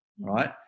right